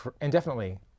indefinitely